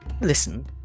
listen